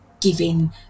giving